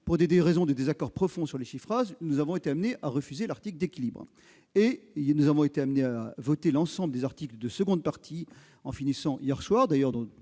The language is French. Pour ces raisons de désaccord profond sur les chiffrages, nous avons été amenés à refuser l'article d'équilibre. Nous avons voté l'ensemble des articles de la seconde partie, en finissant hier soir, et dans